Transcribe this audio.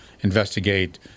investigate